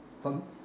but